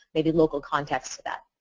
maybe local context for that.